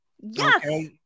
Yes